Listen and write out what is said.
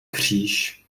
kříž